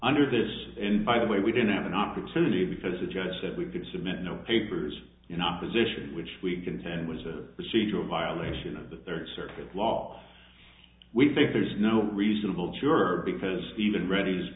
under this in by the way we didn't have an opportunity because the judge said we could submit no papers in opposition which we contend was a procedural violation of the third circuit law we think there's no reasonable juror because even read